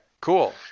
cool